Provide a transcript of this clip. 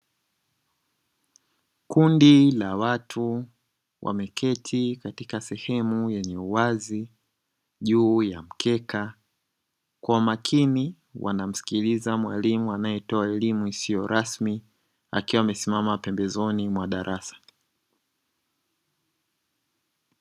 Kundi la watu wameketi katika sehemu yenye uwazi, juu ya mkeka kwa makini wanamsikiliza mwalimu, anae toa elimu isiyo rasmi, akiwa amesimama pembezoni mwa darasa.